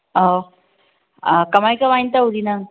ꯑꯧ ꯀꯃꯥꯏ ꯀꯃꯥꯏꯅ ꯇꯧꯔꯤ ꯅꯪ